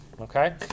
Okay